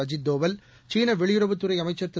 அஜீத் தோவல் சீன வெளியுறவுத்துறை அமைச்சர் திரு